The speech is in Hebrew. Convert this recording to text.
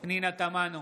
פנינה תמנו,